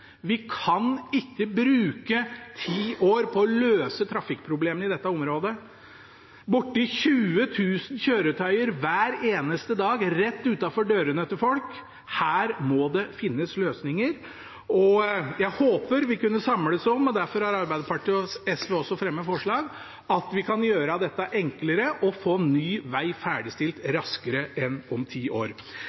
Vi kan ikke bruke ti år på å løse trafikkproblemene i dette området – borti 20 000 kjøretøyer hver eneste dag rett utenfor dørene til folk. Her må det finnes løsninger, og jeg håper vi kunne samles om – og derfor har Arbeiderpartiet og SV fremmet forslag – at vi kan gjøre dette enklere og få ny veg ferdigstilt raskere enn ti år.